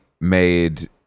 made